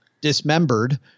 dismembered